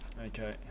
Okay